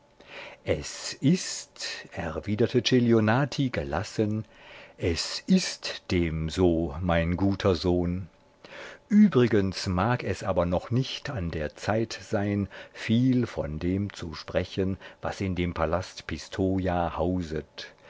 es ist erwiderte celionati gelassen es ist dem so mein guter sohn übrigens mag es aber noch nicht an der zeit sein viel von dem zu sprechen was in dem palast pistoja hauset